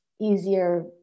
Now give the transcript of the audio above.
easier